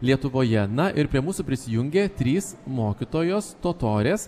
lietuvoje na ir prie mūsų prisijungė trys mokytojos totorės